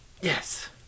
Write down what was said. Yes